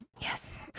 Yes